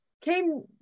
came